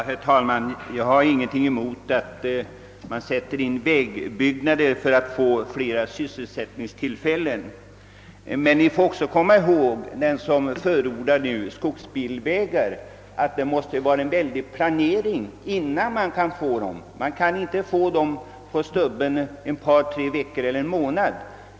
Herr talman! Jag har naturligtvis ingenting emot att vägbyggen igångsättes för att skapa sysselsättningstillfällen. Men den som förordar skogsbilvägar skall komma ihåg, att det måste till en noggrann planering innan de arbetena kan komma i gång. Man kan inte få skogsbilvägar »på stubben», alltså på bara ett par, tre veckor eller en månad.